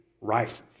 right